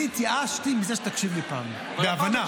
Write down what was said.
אני התייאשתי מזה שתקשיב לי פעם, בהבנה.